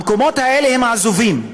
המקומות האלה הם עזובים.